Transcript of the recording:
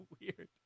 weird